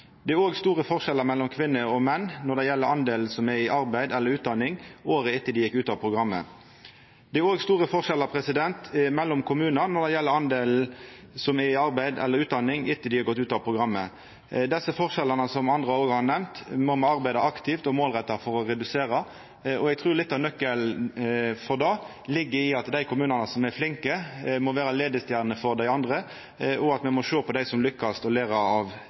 Det er òg store forskjellar mellom kvinner og menn når det gjeld kor stor del som er i arbeid eller utdanning året etter at dei gjekk ut av programmet. Det er òg store forskjellar mellom kommunar når det gjeld kor stor del som er i arbeid eller utdanning etter at dei har gått ut av programmet. Desse forskjellane – som andre òg har nemnt – må me arbeida aktivt og målretta for å redusera, og eg trur litt av nøkkelen til det ligg i at dei kommunane som er flinke, må vera leiestjerner for dei andre, og at me må sjå på dei som lukkast, og læra av